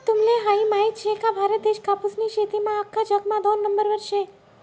तुम्हले हायी माहित शे का, भारत देश कापूसनी शेतीमा आख्खा जगमा दोन नंबरवर शे